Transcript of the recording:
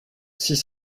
six